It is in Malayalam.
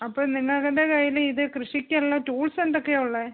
അപ്പം നിങ്ങക്കടെ കൈയ്യിൽ ഇത് കൃഷിക്കുള്ള ടൂൾസ് എന്തൊക്കെയാണ് ഉള്ളത്